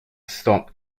stopped